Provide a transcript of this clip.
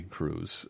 Cruz